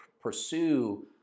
pursue